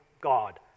God